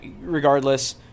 regardless